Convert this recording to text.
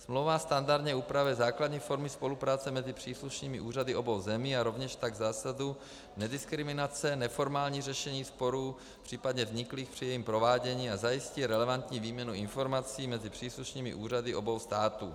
Smlouva standardně upravuje základní formy spolupráce mezi příslušnými úřady obou zemí a rovněž tak zásadu nediskriminace, neformální řešení sporů případně vzniklých při jejím provádění a zajistí relevantní výměnu informací mezi příslušnými úřady obou států.